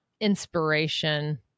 inspiration